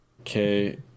okay